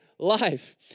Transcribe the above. life